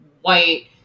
white